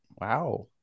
Wow